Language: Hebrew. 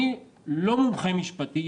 אני לא מומחה משפטי,